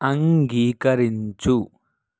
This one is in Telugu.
అంగీకరించు